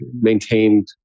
maintained